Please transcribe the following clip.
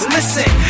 Listen